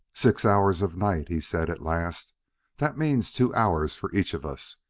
six hours of night, he said at last that means two hours for each of us.